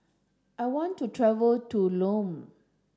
I want to travel to Lome